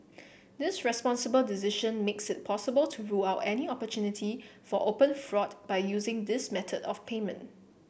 this responsible decision makes it possible to rule out any opportunity for open fraud by using this method of payment